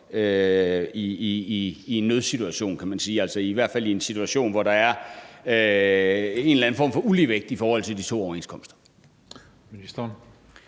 i en nødsituation, kan man sige, i hvert fald i en situation, hvor der er en eller anden form for uligevægt i forhold til de to overenskomster.